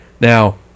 Now